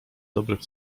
dobrych